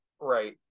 Right